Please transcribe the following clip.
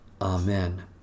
Amen